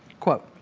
quote,